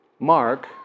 Mark